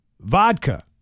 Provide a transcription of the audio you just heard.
Vodka